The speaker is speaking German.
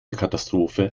katastrophe